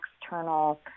external